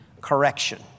Correction